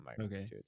Okay